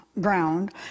ground